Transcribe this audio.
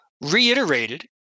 reiterated